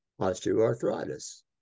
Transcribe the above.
osteoarthritis